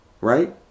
right